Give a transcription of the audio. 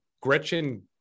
Gretchen